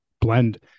blend